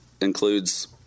includes